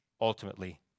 ultimately